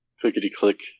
Clickety-click